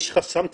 יש חסם טכנולוגי.